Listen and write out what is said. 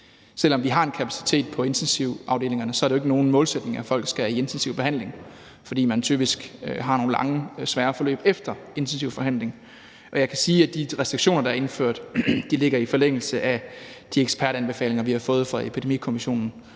selv om vi har en kapacitet på intensivafdelingerne, er det jo ikke nogen målsætning, at folk skal i intensiv behandling, fordi man typisk har nogle lange og svære forløb efter intensiv behandling. Jeg kan sige, at de restriktioner, der er indført, ligger i forlængelse af de ekspertanbefalinger, vi har fået fra Epidemikommissionen.